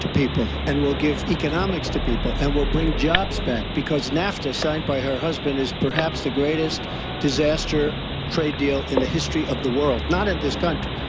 to people and will give economics to people and will bring jobs back. because nafta, signed by her husband, is perhaps the greatest disaster trade deal in the history of the world. not of this country.